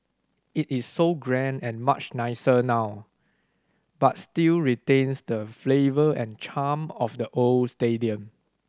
it is so grand and much nicer now but still retains the flavour and charm of the old stadium